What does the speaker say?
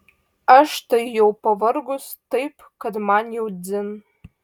aš tai jau pavargus taip kad man jau dzin